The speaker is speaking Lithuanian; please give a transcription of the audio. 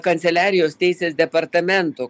kanceliarijos teisės departamento